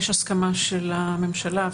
יש הסכמה של הממשלה,